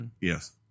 Yes